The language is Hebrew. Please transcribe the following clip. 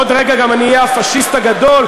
עוד רגע אני גם אהיה הפאשיסט הגדול,